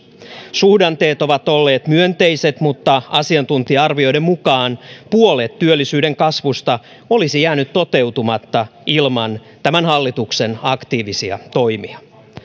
suhdanteet ovat olleet myönteiset mutta asiantuntija arvioiden mukaan puolet työllisyyden kasvusta olisi jäänyt toteutumatta ilman tämän hallituksen aktiivisia toimia